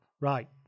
Right